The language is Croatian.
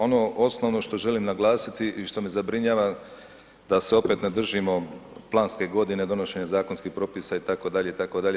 Ono osnovno što želim naglasiti i što me zabrinjava, da se opet ne držimo planske godine, donošenja zakonskih propisa, itd., itd.